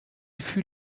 fut